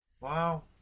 wow